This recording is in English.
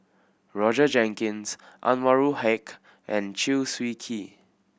Roger Jenkins Anwarul Haque and Chew Swee Kee